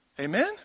Amen